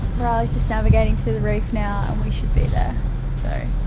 riley's just navigating to the reef now and we should be there so